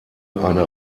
eine